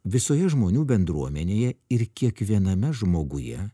visoje žmonių bendruomenėje ir kiekviename žmoguje